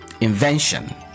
invention